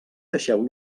deixeu